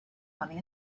money